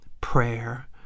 prayer